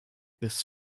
this